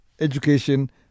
education